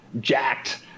jacked